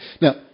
Now